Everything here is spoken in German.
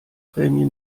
prämie